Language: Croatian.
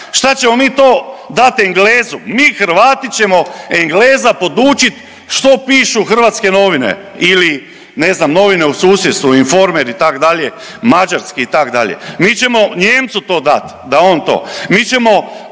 Šta ćemo mi to dati Englezu? Mi Hrvati ćemo Engleza podučiti što pišu hrvatske novine ili ne znam novine u susjedstvu Informer itd. mađarski itd. Mi ćemo Nijemcu to dat da on to, mi ćemo